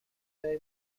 جای